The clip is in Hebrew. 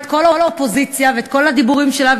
כל האופוזיציה ואת כל הדיבורים שלה,